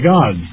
God